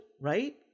right